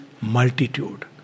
multitude